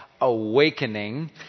Awakening